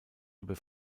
über